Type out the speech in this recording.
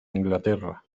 inglaterra